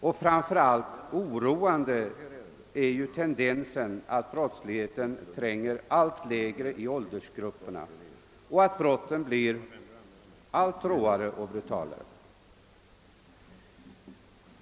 Särskilt oroande är tendensen att brottsligheten tränger allt lägre ner i åldersgrupperna och att brotten blir allt råare och brutalare.